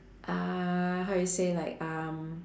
uh how you say like um